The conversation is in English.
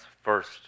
first